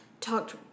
talked